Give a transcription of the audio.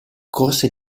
corse